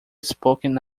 spoken